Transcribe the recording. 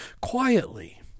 quietly